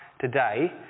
today